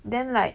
then like